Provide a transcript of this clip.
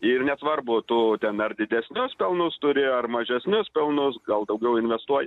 ir nesvarbu tu ten ar didesnius pelnus turi ar mažesnius pelnus gal daugiau investuoji